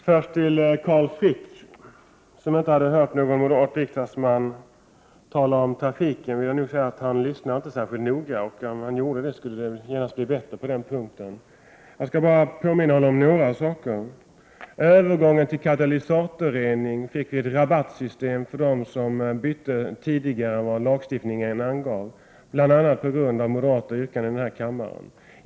Fru talman! Carl Frick hade inte hört någon moderat riksdagsman tala om trafiken. Han lyssnar inte särskilt noga. Om han gjorde det skulle det genast bli bättre på den punkten. Jag skall bara påminna Carl Frick om några saker. Vid övergången till katalysatorrening fick vi ett rabattsystem för dem som bytte tidigare än vad lagstiftningen angav, bl.a. med hjälp av moderata yrkanden i denna kammare.